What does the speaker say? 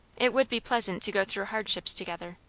it would be pleasant to go through hardships together.